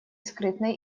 скрытной